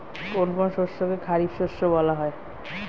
কোন কোন শস্যকে খারিফ শস্য বলা হয়?